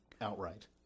outright